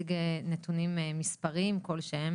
תציג נתונים מספריים כלשהם